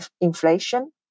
inflation